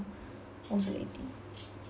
also very thin